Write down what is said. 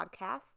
podcast